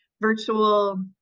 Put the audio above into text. virtual